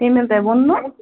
یٔمۍ ییٚلہِ تۄہہِ ووٚننو